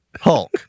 hulk